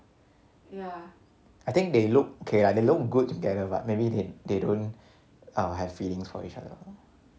I think they look okay lah they look good together but maybe they they don't err have feelings for each other